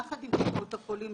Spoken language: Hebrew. יחד עם קופות החולים,